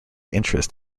interest